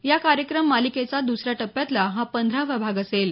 या कार्यक्रम मालिकेच्या दसऱ्या टप्प्यातला हा पंधरावा भाग असेल